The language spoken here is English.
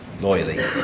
loyally